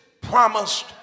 promised